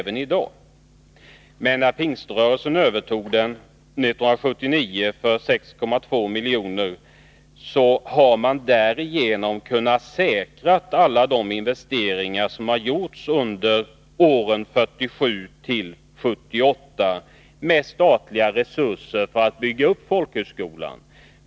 Genom att Pingströrelsen 1979 övertog den för 6,2 miljoner har man kunnat säkra alla de investeringar som med statliga resurser har gjorts för att bygga upp folkhögskolan under åren 1947-1978.